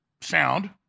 sound